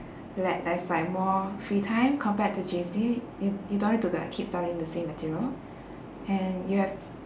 like there's like more free time compared to J_C y~ you don't need to like keep studying the same material and you have